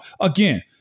Again